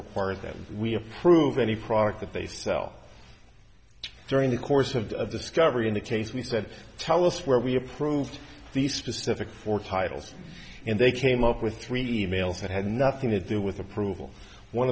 requires that we approve any product that they sell during the course of the discovery in the case we said tell us where we approved these specific four titles and they came up with three emails that had nothing to do with approval one